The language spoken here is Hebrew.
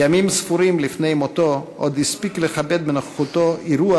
ימים ספורים לפני מותו עוד הספיק לכבד בנוכחותו אירוע